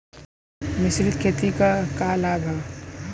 मिश्रित खेती क का लाभ ह?